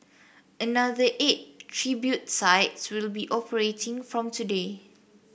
another eight tribute sites will be operating from today